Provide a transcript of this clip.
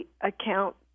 account